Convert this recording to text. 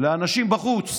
לאנשים בחוץ.